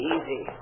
Easy